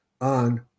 on